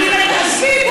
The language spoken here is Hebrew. עזבי,